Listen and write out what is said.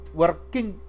working